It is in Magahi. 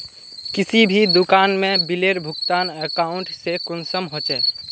किसी भी दुकान में बिलेर भुगतान अकाउंट से कुंसम होचे?